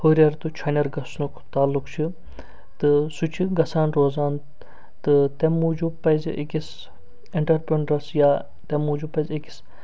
ہُرٮ۪ر تہٕ چھۅنٮ۪ر گژھنُک تعلُق چھُ تہٕ سُہ چھُ گژھان روزان تہٕ تَمہِ موٗجوٗب پَزِ أکِس اینٹرپرنِیَس یا تَمہِ موٗجوٗب پَزِ أکِس